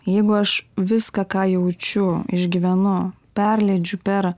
jeigu aš viską ką jaučiu išgyvenu perleidžiu per